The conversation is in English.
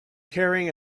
carrying